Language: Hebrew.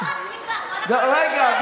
רגע.